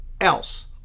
else